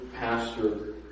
Pastor